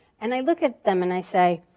and i look at them and i say,